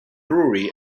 brewery